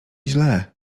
źle